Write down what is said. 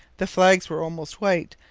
the flags were almost white,